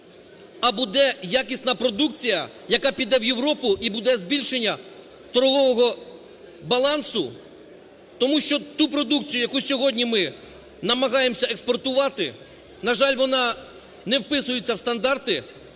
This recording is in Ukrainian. а буде якісна продукція, яка піде в Європу, і буде збільшення торгового балансу, тому що ту продукцію, яку сьогодні ми намагаємося експортувати, на жаль, вона не вписується у стандарти,